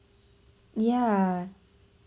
yeah